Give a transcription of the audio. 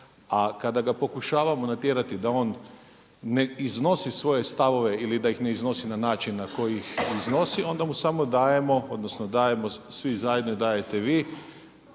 a kada ga pokušavamo natjerati da on ne iznosi svoje stavove ili da ih ne iznosi na način na koji ih iznosi onda mu samo dajemo, odnosno dajemo svi zajedno i dajete vi